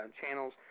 channels